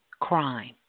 crime